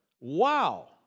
Wow